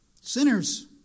Sinners